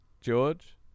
george